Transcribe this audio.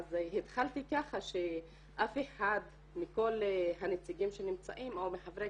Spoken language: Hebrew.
אז התחלתי ככה שאף אחד מכל הנציגים שנמצאים או מחברי